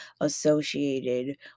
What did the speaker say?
associated